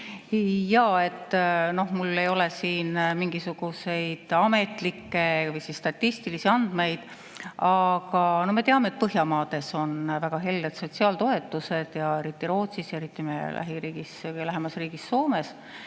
isikutele? Mul ei ole siin mingisuguseid ametlikke või statistilisi andmeid, aga me teame, et Põhjamaades on väga helded sotsiaaltoetused, eriti Rootsis ja meie kõige lähemas riigis Soomes.